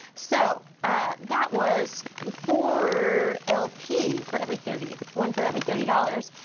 so that was four lp for every thirty, one for every thirty dollars.